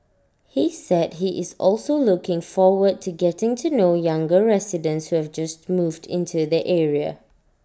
he said he is also looking forward to getting to know younger residents who have just moved into the area